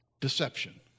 deception